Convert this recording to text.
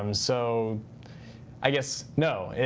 um so i guess no,